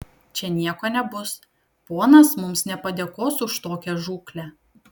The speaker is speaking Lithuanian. čia nieko nebus ponas mums nepadėkos už tokią žūklę